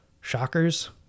shockers